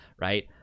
right